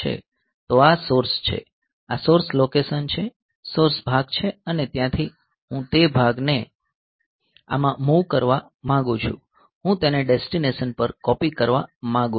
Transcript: તો આ સોર્સ છે આ સોર્સ લોકેશન છે સોર્સ ભાગ છે અને ત્યાંથી હું તે ભાગને આમાં મૂવ કરવા માંગુ છું હું તેને ડેસ્ટીનેશન પર કોપી કરવા માંગુ છું